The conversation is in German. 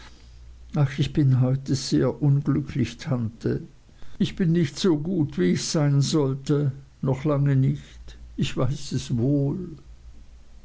ach ich bin heute sehr unglücklich tante ich bin nicht so gut wie ich sein sollte noch lange nicht ich weiß es wohl